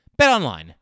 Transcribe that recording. BetOnline